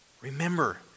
Remember